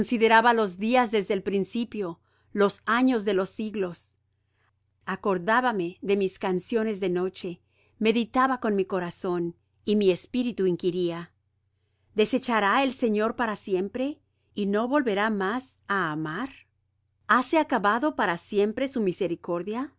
consideraba los días desde el principio los años de los siglos acordábame de mis canciones de noche meditaba con mi corazón y mi espíritu inquiría desechará el señor para siempre y no volverá más á amar hase acabado para siempre su misericordia